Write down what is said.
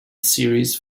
series